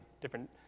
different